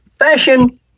fashion